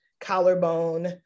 collarbone